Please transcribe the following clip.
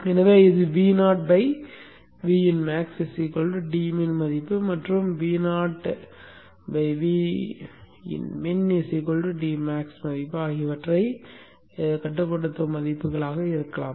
எனவே இது Vo Vin max dmin மதிப்பு மற்றும் Vo Vin min dmax மதிப்பு ஆகியவற்றைக் கட்டுப்படுத்தும் மதிப்புகளாக இருக்கலாம்